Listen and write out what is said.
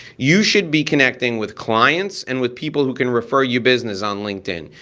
you should be connecting with clients and with people who can refer you business on linkedin.